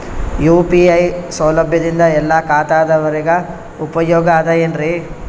UPI ಸೌಲಭ್ಯದಿಂದ ಎಲ್ಲಾ ಖಾತಾದಾವರಿಗ ಉಪಯೋಗ ಅದ ಏನ್ರಿ?